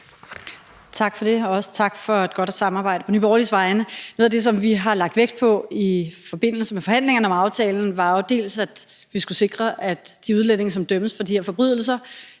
Tak for det, og også tak for et godt samarbejde på Nye Borgerliges vegne. Noget af det, som vi har lagt vægt på i forbindelse med forhandlingerne om aftalen, var jo, at vi skulle sikre, at de udlændinge, som dømmes for de her forbrydelser,